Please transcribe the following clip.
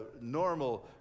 normal